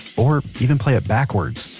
or even play it backwards